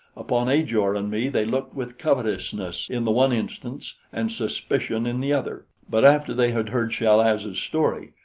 upon ajor and me they looked with covetousness in the one instance and suspicion in the other but after they had heard chal-az's story,